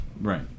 Right